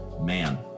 Man